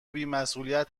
بیمسئولیت